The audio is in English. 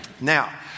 Now